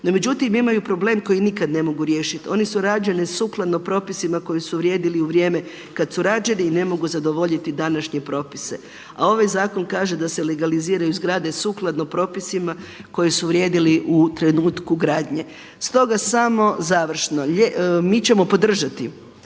no međutim imaju problem koji nikad ne mogu riješiti, one su rađene sukladno propisima koji su vrijedili u vrijeme kad su rađeni i ne mogu zadovoljiti današnje propise. A ovaj zakon kaže da se legaliziraju zgrade sukladno propisima koji su vrijedili u trenutku gradnje. Stoga samo završno, mi ćemo podržati